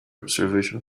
observation